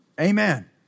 Amen